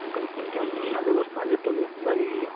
ᱚᱱᱠᱟᱱ ᱡᱚᱢ ᱧᱩ ᱨᱮᱱᱟᱜ ᱵᱮᱵᱚᱥᱛᱟ ᱦᱚᱸ ᱡᱚᱛᱚ ᱜᱮ ᱵᱷᱟᱜᱮ ᱜᱮᱭᱟ